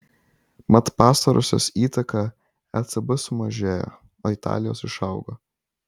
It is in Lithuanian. mat pastarosios įtaka ecb sumažėjo o italijos išaugo